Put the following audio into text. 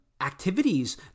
activities